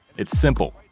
it's simple.